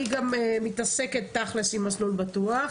אני גם מתעסקת תכל'ס עם מסלול בטוח,